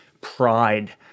pride